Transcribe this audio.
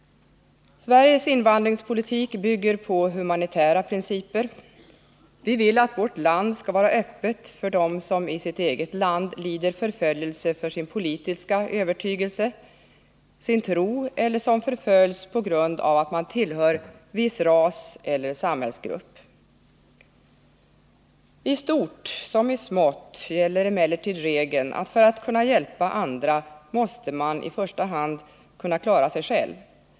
Sveriges invandringspolitik bygger på humanitära principer. Vi vill att vårt land skall vara öppet för dem som i sitt eget land lider förföljelse för sin politiska övertygelse, sin tro eller som förföljs på grund av att de tillhör viss ras eller samhällsgrupp. I stort som i smått gäller emellertid regeln att för att kunna hjälpa andra måste man i första hand kunna klara sig själv.